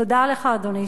תודה לך, אדוני.